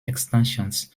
extensions